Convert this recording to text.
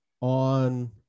On